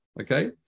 Okay